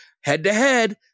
Head-to-head